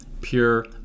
pure